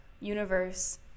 universe